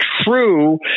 true